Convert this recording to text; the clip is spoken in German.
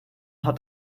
hat